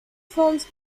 forms